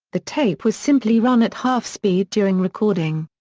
the tape was simply run at half speed during recording.